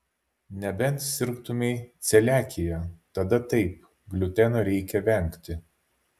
nebent sirgtumei celiakija tada taip gliuteno reikia vengti